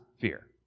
fear